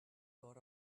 got